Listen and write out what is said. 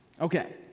Okay